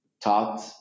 taught